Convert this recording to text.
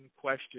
question